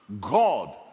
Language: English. God